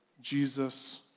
Jesus